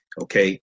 Okay